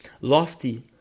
lofty